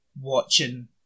watching